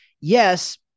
yes